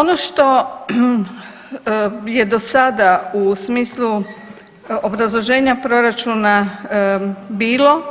Ono što je do sada u smislu obrazloženja proračuna bilo